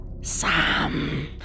Sam